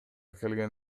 келген